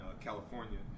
California